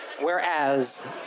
Whereas